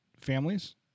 families